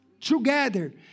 together